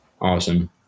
Awesome